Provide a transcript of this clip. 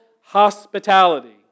hospitality